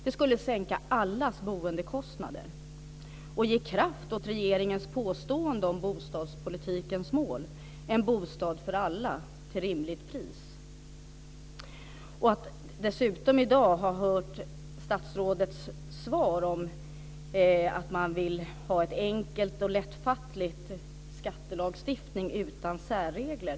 Det skulle sänka allas boendekostnader och ge kraft åt regeringens påstående om bostadspolitikens mål, en bostad för alla till rimligt pris. Statsrådet säger i sitt svar att man vill ha en enkel och lättfattlig skattelagstiftning utan särregler.